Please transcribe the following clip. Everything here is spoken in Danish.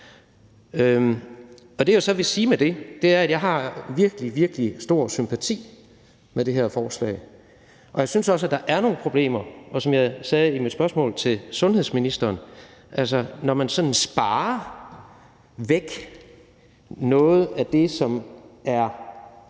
i. Det, jeg så vil sige med det, er, at jeg har virkelig, virkelig stor sympati for det her forslag. Jeg synes også, at der er nogle problemer, og som jeg sagde i mit spørgsmål til sundhedsministeren, så har vi et problem, når man sådan sparer noget af det, som vi